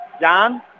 John